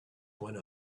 one